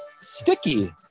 sticky